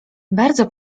bardzo